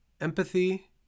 Empathy